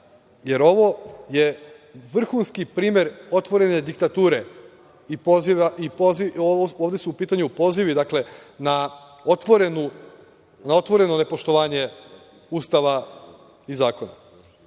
jer ovo je vrhunski primer otvorene diktature. Ovde su u pitanju pozivi na otvoreno nepoštovanje Ustava i zakona.S